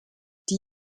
die